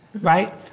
right